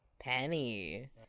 Penny